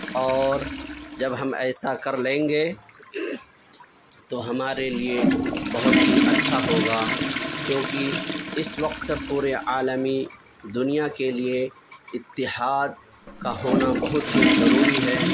اور جب ہم ایسا کر لیں گے تو ہمارے لیے بہت ہی اچھا ہوگا کیونکہ اس وقت پورے عالمی دنیا کے لیے اتحاد کا ہونا بہت ہی ضروری ہے